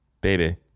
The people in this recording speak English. baby